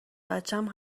بچم